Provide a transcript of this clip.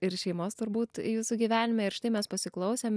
ir šeimos turbūt jūsų gyvenime ir štai mes pasiklausėm